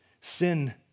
Sin